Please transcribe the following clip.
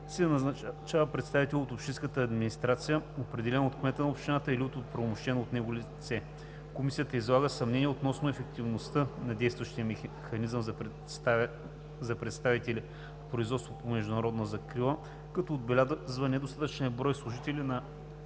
се назначава представител от общинската администрация, определен от кмета на общината или от оправомощено от него длъжностно лице. Комисията излага съмнения относно ефективността на действащия механизъм за представители в производството по международна закрила, като отбелязва недостатъчния брой на служителите